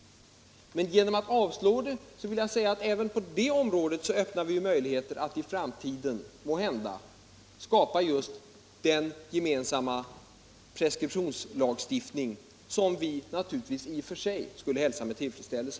Men genom att avslå det öppnar vi ju även på det området möjligheter att i framtiden måhända skapa just den gemensamma preskriptionslagstiftning som vi naturligtvis i och för sig skulle hälsa med tillfredsställelse.